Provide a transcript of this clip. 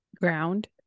Ground